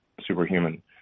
superhuman